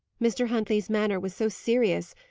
mr. huntley's manner was so serious,